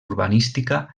urbanística